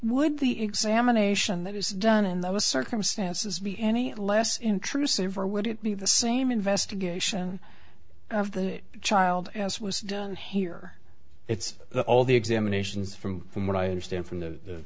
would the examination that is done in those circumstances be any less intrusive or would it be the same investigation of the child as was done here it's all the examinations from from what i understand from the